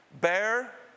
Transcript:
bear